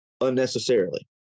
unnecessarily